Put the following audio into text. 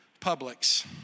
Publix